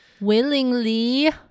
willingly